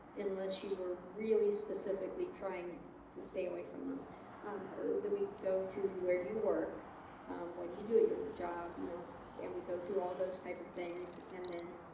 and unless you were really specifically trying to stay away from them then we go to where do you work what do you do at your job you know and we go through all those type of things and then